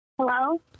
hello